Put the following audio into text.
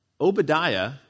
Obadiah